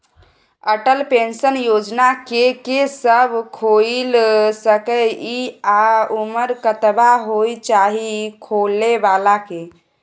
Atal pension योजना के के सब खोइल सके इ आ उमर कतबा होय चाही खोलै बला के?